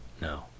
No